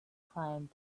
climbed